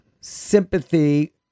sympathy